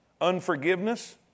unforgiveness